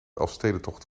elfstedentocht